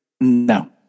No